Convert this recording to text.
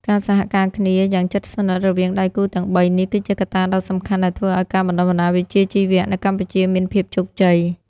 ការសហការគ្នាយ៉ាងជិតស្និទ្ធរវាងដៃគូទាំងបីនេះ គឺជាកត្តាដ៏សំខាន់ដែលធ្វើឱ្យការបណ្តុះបណ្តាលវិជ្ជាជីវៈនៅកម្ពុជាមានភាពជោគជ័យ។